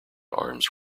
arms